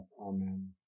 Amen